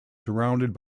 surrounded